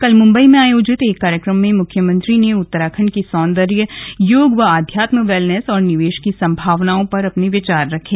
कल मुंबई में आयोजित एक कार्यक्रम में मुख्यमंत्री ने उत्तराखंड के सौंदर्य योग व आध्यात्म वेलनेस और निवेश की संभावनाओं पर अपने विचार रखे